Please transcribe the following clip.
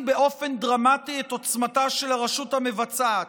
באופן דרמטי את עוצמתה של הרשות המבצעת,